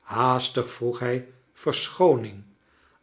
haastig vroeg hij verschooning